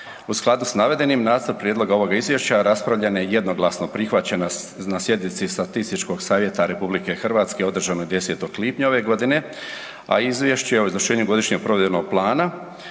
U skladu s navedenim nacrt prijedloga ovog izvješća raspravljen je i jednoglasno prihvaćen na sjednici statističkog savjeta RH održane 10. lipnja ove godine, a izvješće o izvršenju godišnjeg provedbenog plana